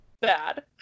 bad